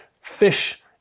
fish